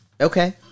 okay